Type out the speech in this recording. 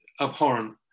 abhorrent